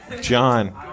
John